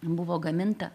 buvo gaminta